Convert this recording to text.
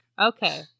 okay